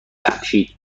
بخشید